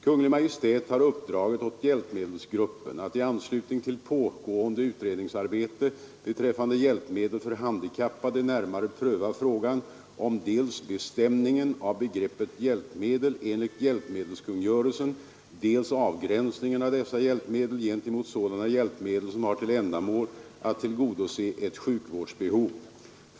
Kungl. Maj:t har uppdragit åt hjälpmedelsgruppen att i anslutning till pågående utredningsarbete beträffande hjälpmedel för handikappade närmare pröva frågan om dels bestämningen av begreppet hjälpmedel enligt hjälpmedelskungörelsen, dels avgränsningen av dessa hjälpmedel gentemot sådana hjälpmedel som har till ändamål att tillgodose ett sjukvårdsbehov.